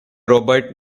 robert